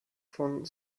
von